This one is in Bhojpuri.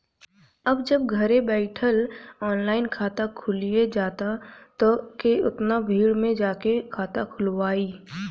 अब जब घरे बइठल ऑनलाइन खाता खुलिये जाता त के ओतना भीड़ में जाके खाता खोलवाइ